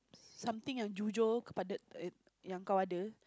something unusual but